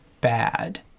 bad